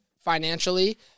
financially